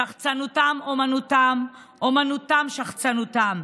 שחצנותם אומנותם, אומנותם שחצנותם.